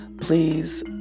please